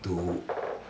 to